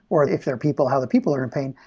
or if there are people how the people are in pain,